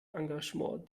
engagement